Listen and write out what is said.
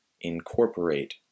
incorporate